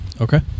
Okay